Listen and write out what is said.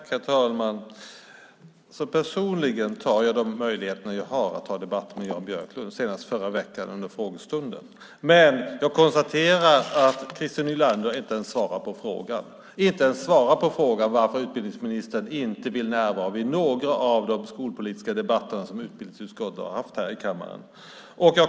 Herr talman! Personligen tar jag de möjligheter jag får för att ha en debatt med Jan Björklund, senast förra veckan under frågestunden. Men jag konstaterar att Christer Nylander inte ens svarar på frågan om varför utbildningsministern inte vill närvara vid några av de skolpolitiska debatter som utbildningsutskottet har här i kammaren.